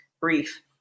brief